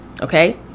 Okay